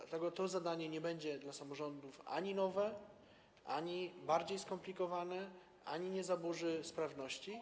Dlatego to zadanie nie będzie dla samorządów ani nowe, ani bardziej skomplikowane ani nie zaburzy sprawności.